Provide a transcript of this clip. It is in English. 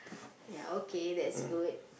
ya okay that's good